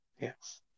Yes